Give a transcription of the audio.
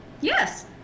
Yes